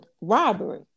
robbery